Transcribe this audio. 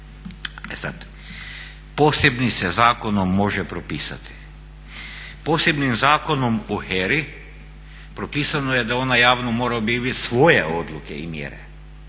E sad, posebnim se zakonom može propisati, posebnim zakonom o HERA-i propisano je da ona javno mora objavit svoje odluke i mjere.